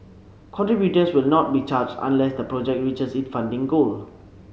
contributors will not be charged unless the project reaches its funding goal